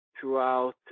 throughout